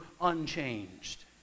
unchanged